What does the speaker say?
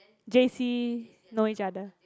j_c know each other